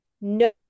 no